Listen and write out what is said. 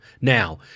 Now